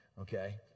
okay